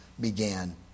began